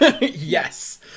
yes